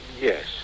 Yes